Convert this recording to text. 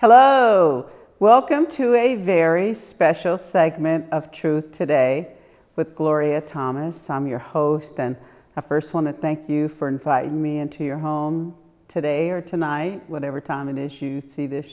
hello welcome to a very special segment of truth today with gloria thomas i'm your host and i first want to thank you for inviting me into your home today or tonight whatever time an issue to see this